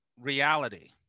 reality